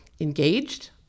engaged